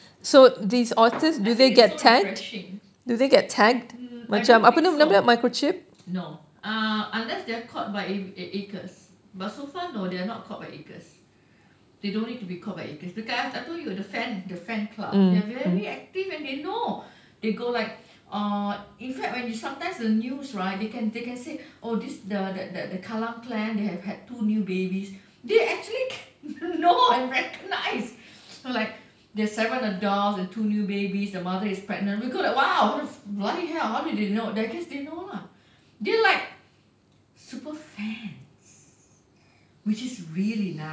I think it's so refreshing n~ I don't think so no uh unless they are caught by ACRES but so far no they are not caught by ACRES they don't need to be caught by acres because I told you the fan the fan club they are very active and they know they go like uh in fact when you sometimes the news right they can they can say oh this the the the kallang clan they have had two new babies they actually can know and recognise like there are seven adults and two new babies the mother is pregnant we go like !wow! bloody hell how do they know I guess they know lah they're like super fans which is really nice